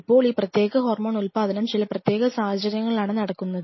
ഇപ്പോൾ ഈ പ്രത്യേക ഹോർമോൺ ഉൽപാദനം ചില പ്രത്യേക സാഹചര്യങ്ങളിലാണ് നടക്കുന്നത്